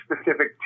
specific